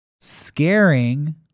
scaring